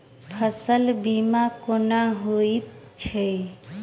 फसल बीमा कोना होइत छै?